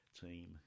team